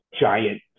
giant